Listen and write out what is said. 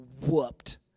whooped